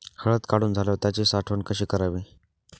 हळद काढून झाल्यावर त्याची साठवण कशी करावी?